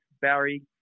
Barry